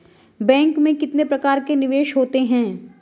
Bank में कितने प्रकार के निवेश होते हैं?